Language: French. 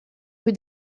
rue